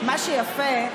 מה שיפה,